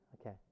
Okay